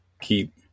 keep